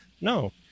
No